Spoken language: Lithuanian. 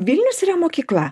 vilnius yra mokykla